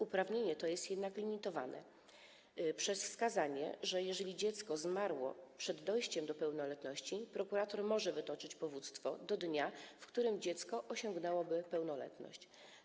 Uprawnienie to jest jednak limitowane przez wskazanie, że jeżeli dziecko zmarło przed dojściem do pełnoletności, prokurator może wytoczyć powództwo do dnia, w którym dziecko osiągnęłoby pełnoletność.